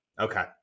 Okay